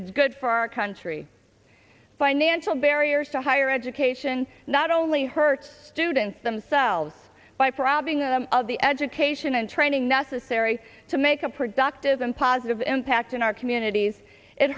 it's good for our country financial barriers to higher education not only hurt students themselves by prodding of the education and training necessary to make a productive and positive impact in our communities it